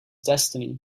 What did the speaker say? destiny